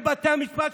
של בתי המשפט,